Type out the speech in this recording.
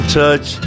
touch